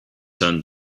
turned